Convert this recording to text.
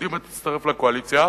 שקדימה תצטרף לקואליציה,